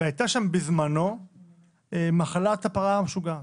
כשהייתה שם בזמנו מחלת הפרה המשוגעת.